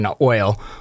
oil